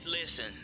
Listen